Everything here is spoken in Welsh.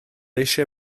eisiau